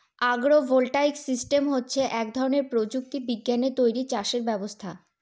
আগ্র voltaic system হচ্ছে এক ধরনের প্রযুক্তি বিজ্ঞানে তৈরী চাষের ব্যবস্থা